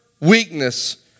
weakness